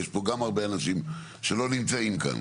יש פה גם הרבה אנשים שלא נמצאים כאן,